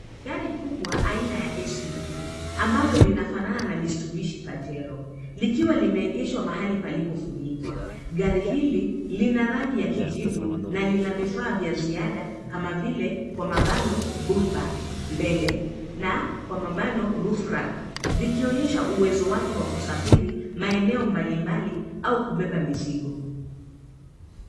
Gari kubwa aina ya SUV ambalo linafanana na Mitsubishi Pajero likiwa limeegeshwa pahali palipofunikwa. Gari hili lina rangi ya kijivu na lina vifaa vya ziada kama vile kwa mabano, bull bar mbele na kwa mabano, roof rack vikionyesha uwezo wake wa kusafiri maeneo mbalimbali au kubeba mizigo.